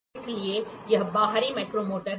इसलिए यह बाहरी माइक्रोमीटर है